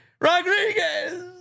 Rodriguez